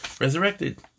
resurrected